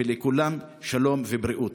ולכולם, שלום ובריאות.